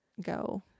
go